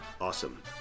Awesome